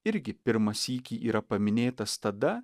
irgi pirmą sykį yra paminėtas tada